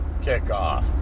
kickoff